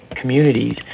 communities